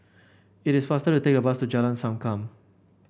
it is faster to take bus to Jalan Sankam